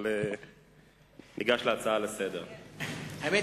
אבל ניגש להצעה לסדר-היום.